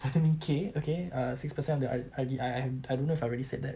vitamin K okay err six percent of the R~ R_D_I I I don't know if I've already said that